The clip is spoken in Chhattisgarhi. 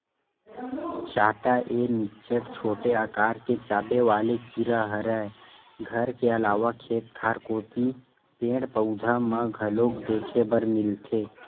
चाटा ए निच्चट छोटे अकार के चाबे वाले कीरा हरय घर के अलावा खेत खार कोती पेड़, पउधा म घलोक देखे बर मिलथे